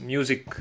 Music